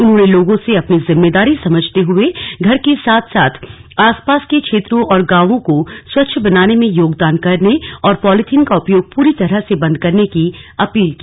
उन्होंने लोगों ने अपनी जिम्मेदारी समझते हुए घर के साथ साथ आस पास के क्षेत्रों और गांवों को स्वच्छ बनाने में योगदान करने और पॉलीनीथ का उपयोग पूरी तरह से बंद करने की अपील की